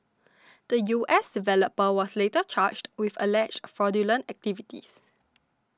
the U S developer was later charged with alleged fraudulent activities